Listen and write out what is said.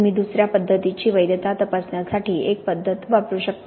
तुम्ही दुसऱ्या पद्धतीची वैधता तपासण्यासाठी एक पद्धत वापरू शकता